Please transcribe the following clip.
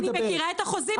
אני מכירה את החוזים.